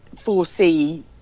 foresee